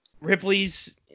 ripley's